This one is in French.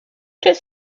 qu’est